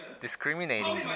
discriminating